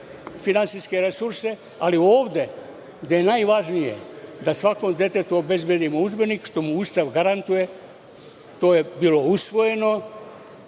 finansijske resurse, ali ovde gde je najvažnije da svakom detetu obezbedimo udžbenik, koji mu Ustav garantuje, to je bilo usvojeno.